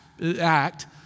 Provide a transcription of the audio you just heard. Act